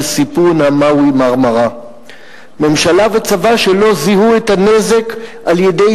על סיפון ה"מאווי-מרמרה"; ממשלה וצבא שלא זיהו את הנזק על-ידי